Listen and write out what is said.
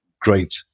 great